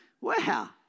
Wow